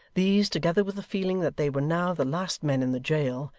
these, together with the feeling that they were now the last men in the jail,